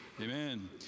Amen